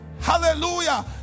Hallelujah